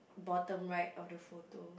bottom right of the photo